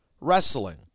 wrestling